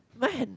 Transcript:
when